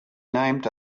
named